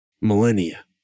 millennia